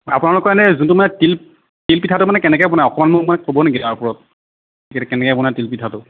আপোনালোকৰ এনে যোনটো মানে তিল তিল পিঠাটো মানে কেনেকৈ বনাই অকণমান মোক মানে ক'ব নেকি তাৰ ওপৰত কেনেকৈ বনাই তিল পিঠাটো